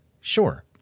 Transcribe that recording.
sure